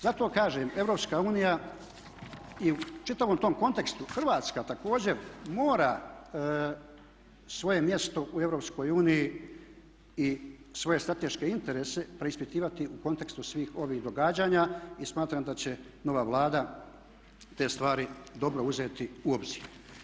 Zato kažem EU i u čitavom tom kontekstu Hrvatska također mora svoje mjesto u EU i svoje strateške interese preispitivati u kontekstu svih ovih događanja i smatram da će nova Vlada te stvari dobro uzeti u obzir.